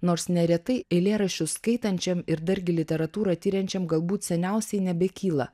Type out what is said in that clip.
nors neretai eilėraščius skaitančiam ir dargi literatūrą tiriančiam galbūt seniausiai nebekyla